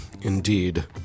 indeed